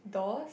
dolls